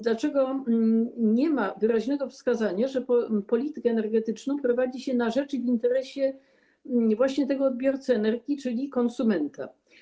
Dlaczego nie ma wyraźnego wskazania, że politykę energetyczną prowadzi się na rzecz i w interesie właśnie tego odbiorcy energii, czyli konsumenta?